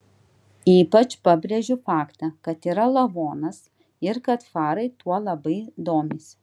ypač pabrėžiu faktą kad yra lavonas ir kad farai tuo labai domisi